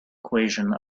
equation